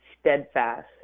steadfast